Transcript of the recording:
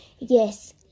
Yes